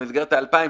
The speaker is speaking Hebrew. במסגרת האלפיים,